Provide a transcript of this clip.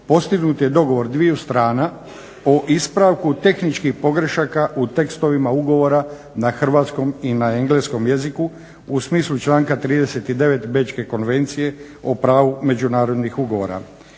postignut je dogovor dviju strana o ispravku tehničkih pogrešaka u tekstovima ugovora na hrvatskom i na engleskom jeziku u smislu članka 39. Bečke konvencije o pravu međunarodnih ugovora,